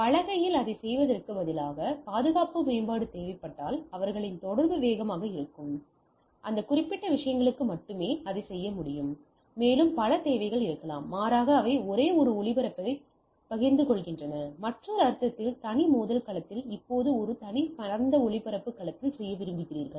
எனவே பலகையில் அதைச் செய்வதற்குப் பதிலாக பாதுகாப்பு மேம்பாடு தேவைப்பட்டால் அவர்களின் தொடர்பு வேகமாக இருக்கும் அந்த குறிப்பிட்ட விஷயங்களுக்கு மட்டுமே அதைச் செய்ய முடியும் மேலும் பல தேவைகள் இருக்கலாம் மாறாக அவை ஒரே ஒளிபரப்பைப் பகிர்ந்து கொள்கின்றன மற்றொரு அர்த்தத்தில் தனி மோதல் களத்தில் இப்போது அதை ஒரு தனி பரந்த ஒளிபரப்பு களத்தில் செய்ய விரும்புகிறீர்கள்